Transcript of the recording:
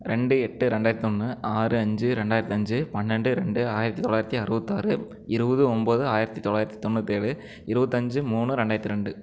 ரெண்டு எட்டு ரெண்டாயிரத்தொன்று ஆறு அஞ்சு ரெண்டாயிரத்து அஞ்சு பன்னெண்டு ரெண்டு ஆயிரத்து தொள்ளாயிரத்து அறுவத்தாறு இருபது ஒம்பது ஆயிரத்து தொள்ளாயிரத்து தொண்ணூத்தேழு இருபத்தஞ்சு மூணு ரெண்டாயிரத்து ரெண்டு